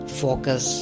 focus